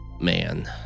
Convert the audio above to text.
man